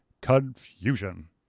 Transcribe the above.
Confusion